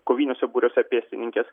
koviniuose būriuose pėstininkės